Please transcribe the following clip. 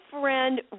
friend